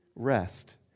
rest